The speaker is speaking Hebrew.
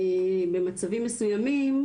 במצבים מסוימים,